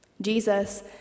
Jesus